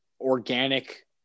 organic